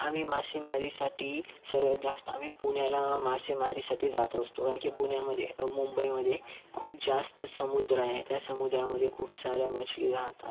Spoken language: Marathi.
आम्ही मासेमारीसाठी सर्वात जास्त आम्ही पुण्याला मासेमारीसाठी जात असतो कारण की पुण्यामध्ये मुंबईमध्ये खुप जास्त समुद्र आहे त्या समुद्रामध्ये खूप साऱ्या मछली राहतात